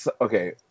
okay